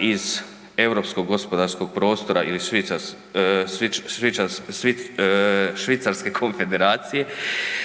iz Europskog gospodarskog prostora ili Švicarske konfederacije